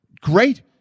great